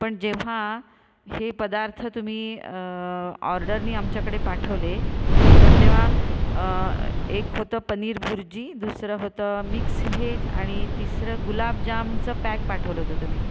पण जेव्हा हे पदार्थ तुम्ही ऑर्डरनी आमच्याकडे पाठवले तर तेव्हा एक होतं पनीर भुर्जी दुसरं होतं मिक्स व्हेज आणि तिसरं गुलाबजामचं पॅक पाठवलं होतं तुम्ही